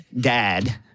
dad